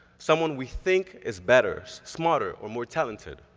someone we think is better, smarter, or more talented.